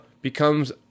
becomes